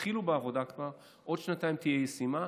התחילו בעבודה כבר, עוד שנתיים היא תהיה ישימה.